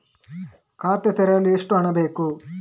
ಖಾತೆ ತೆರೆಯಲು ಎಷ್ಟು ಹಣ ಹಾಕಬೇಕು?